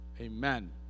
Amen